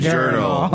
Journal